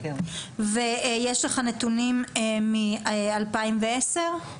ויש לך נתונים מ-2010?